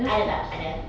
ada tak ada